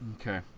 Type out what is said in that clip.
Okay